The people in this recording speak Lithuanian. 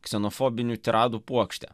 ksenofobinių tiradų puokštę